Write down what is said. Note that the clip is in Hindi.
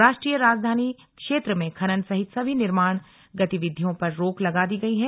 राष्ट्रीय राजधानी क्षेत्र में खनन सहित सभी निर्माण गतिविधियों पर रोक लगा दी गई है